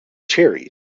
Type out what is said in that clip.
cherries